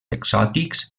exòtics